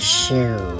shoe